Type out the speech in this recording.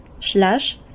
slash